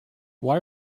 why